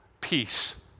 peace